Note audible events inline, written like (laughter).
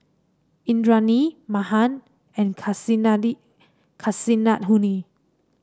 Indranee Mahan and (unintelligible) Kasinadhuni